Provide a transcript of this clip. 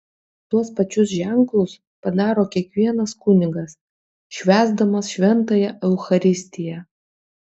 tuos pačius ženklus padaro kiekvienas kunigas švęsdamas šventąją eucharistiją